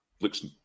Looks